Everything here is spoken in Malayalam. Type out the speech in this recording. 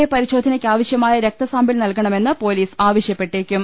എ പരിശോധനയ്ക്കാവശ്യമായ രക്ത സാമ്പിൾ നൽക ണമെന്ന് പൊലീസ് ആവശ്യപ്പെട്ടേക്കും